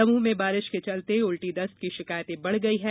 दमोह में बारिश के चलते उल्टी दस्त की शिकायतें बढ़ गई हैं